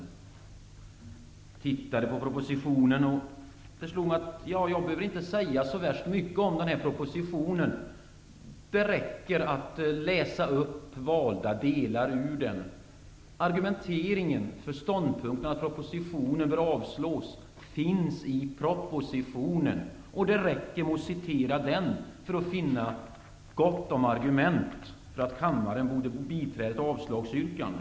Jag tittade på propositionen, och då slog det mig att jag inte behöver säga så värst mycket om propositionen. Det räcker att läsa upp valda delar ur den. Argumenteringen för ståndpunkten att propositionen bör avslås finns i propositionen. Det räcker med att citera den för att finna gott om argument för att kammaren borde biträda ett avslagsyrkande.